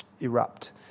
erupt